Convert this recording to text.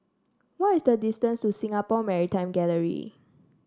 why is the distance to Singapore Maritime Gallery